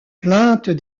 plaintes